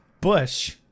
Bush